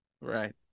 right